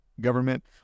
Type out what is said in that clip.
government